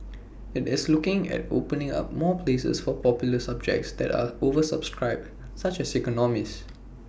IT is looking at opening up more places for popular subjects that are oversubscribed such as economics